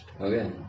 Okay